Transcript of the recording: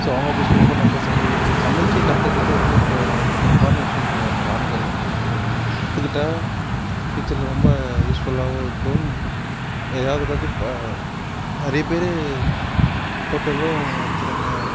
so அவங்க office போகிறப்போ நம்ம சமைக்கிறது சமைக்க கற்றுக்குறது ஒன்றும் ப தப்பான விஷயம் கிடையாது ஆண்கள் கற்றுக்கிட்டா ஃப்யூச்சரில் ரொம்ப யூஸ் ஃபுல்லாகவும் இருக்கும் ஏதாவதுகாச்சு ப நிறைய பேர் ஹோட்டலும் வைக்கிறாங்க